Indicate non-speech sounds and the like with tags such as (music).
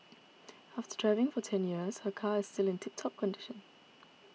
(noise) after driving for ten years her car is still in tip top condition